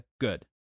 good